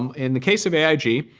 um in the case of aig,